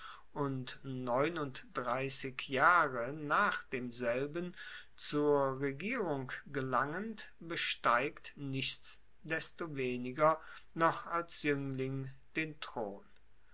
und neununddreissig jahre nach demselben zur regierung gelangend besteigt nichtsdestoweniger noch als juengling den thron